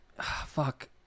fuck